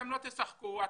אתם לא תשחקו בהם,